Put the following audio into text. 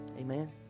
Amen